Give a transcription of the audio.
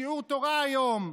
שיעור תורה היום,